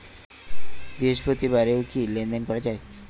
বৃহস্পতিবারেও কি লেনদেন করা যায়?